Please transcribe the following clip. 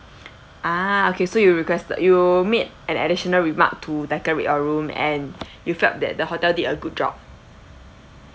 ah okay so you requested you make an additional remark to decorate your room and you felt that the hotel did a good job